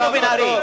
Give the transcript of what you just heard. היינו, בן-ארי.